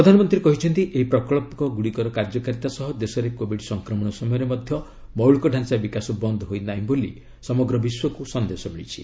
ପ୍ରଧାନମନ୍ତ୍ରୀ କହିଛନ୍ତି ଏହି ପ୍ରକଚ୍ଚଗୁଡ଼ିକର କାର୍ଯ୍ୟକାରିତା ସହ ଦେଶରେ କୋବିଡ୍ ସଂକ୍ରମଣ ସମୟରେ ମଧ୍ୟ ମୌଳିକତାଞ୍ଚା ବିକାଶ ବନ୍ଦ୍ ହୋଇ ନାହିଁ ବୋଲି ସମଗ୍ର ବିଶ୍ୱକୁ ସନ୍ଦେଶ ମିଳିଛି